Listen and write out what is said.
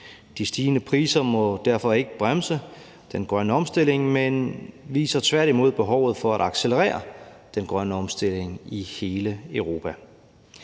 De stigende priser må derfor ikke bremse den grønne omstilling, men viser tværtimod behovet for at accelerere den grønne omstilling i hele Europa.